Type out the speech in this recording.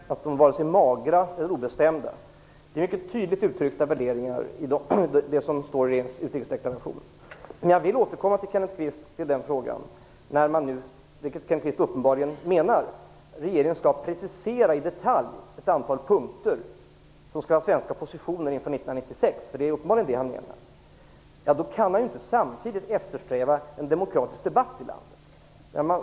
Fru talman! Jag hävdar bestämt att dessa ståndpunkter varken är magra eller obestämda. Det är mycket tydligt uttryckta värderingar som framförs i regeringens utrikesdeklaration. Kenneth Kvist menar uppenbarligen att regeringen i detalj skall precisera ett antal punkter som skall vara den svenska positionen inför 1996. Det är uppenbarligen det han menar. Då kan han inte samtidigt eftersträva en demokratisk debatt i landet.